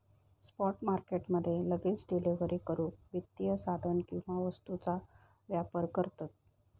spot market मध्ये लगेच delivery करूक वित्तीय साधन किंवा वस्तूंचा व्यापार करतत